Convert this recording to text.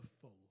full